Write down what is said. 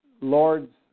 Lord's